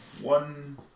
one